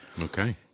Okay